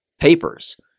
papers